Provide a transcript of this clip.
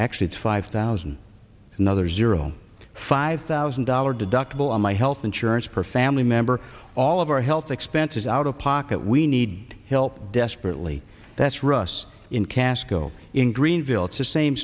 actually it's five thousand another zero five thousand dollars deductible on my health insurance per family member all of our health expenses out of pocket we need help desperately that's russ in casco in greenville